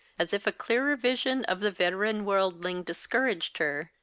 as if a clearer vision of the veteran worldling discouraged her,